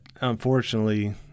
Unfortunately